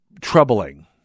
troubling